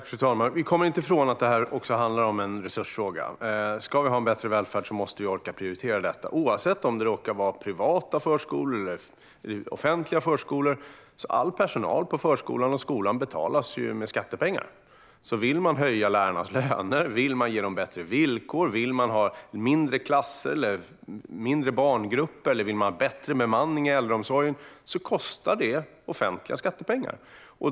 Fru talman! Vi kommer inte ifrån att detta även är en resursfråga. Ska vi ha en bättre välfärd måste vi orka prioritera detta. Oavsett om det handlar om privata eller offentliga förskolor betalas all personal på skolor och förskolor med skattepengar. Om man vill höja lärarnas löner, ge dem bättre villkor, ha mindre klasser eller barngrupper eller ha bättre bemanning inom äldreomsorgen kostar det offentliga skattepengar.